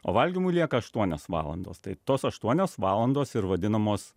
o valgymui lieka aštuonios valandos tai tos aštuonios valandos ir vadinamos